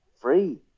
free